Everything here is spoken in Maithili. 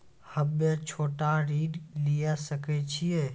हम्मे छोटा ऋण लिये सकय छियै?